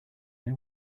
know